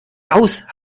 aus